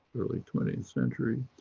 early twentieth century,